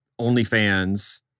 OnlyFans